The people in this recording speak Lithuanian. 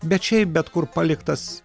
bet šiaip bet kur paliktas